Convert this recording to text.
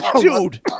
Dude